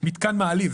מתקן מעליב,